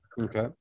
okay